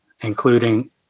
including